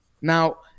Now